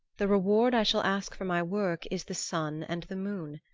the reward i shall ask for my work is the sun and the moon,